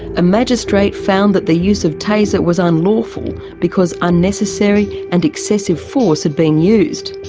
a magistrate found that the use of taser was unlawful because unnecessary and excessive force had been used.